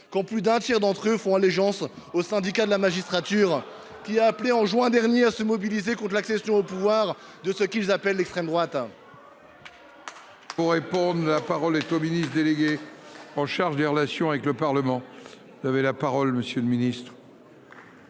quand plus d’un tiers d’entre eux font allégeance au Syndicat de la magistrature, celui là même qui a appelé en juin dernier à se mobiliser contre l’accession au pouvoir de ce qu’ils appellent l’« extrême droite